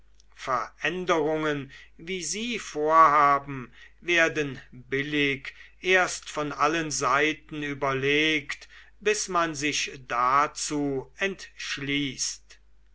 veränderungen wie sie vorhaben werden billig erst von allen seiten überlegt bis man sich dazu entschließt